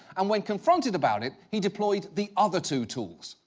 and when confronted about it, he deployed the other two tools.